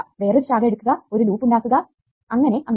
വേറൊരു ശാഖ എടുക്കുക ഒരു ലൂപ്പ് ഉണ്ടാക്കുക അങ്ങനെ അങ്ങനെ